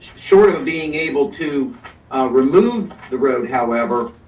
short of being able to remove the road, however,